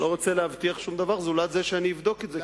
לא רוצה להבטיח שום דבר זולת זה שאני אבדוק את זה,